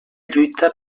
lluita